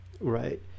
Right